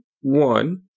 one